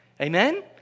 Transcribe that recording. Amen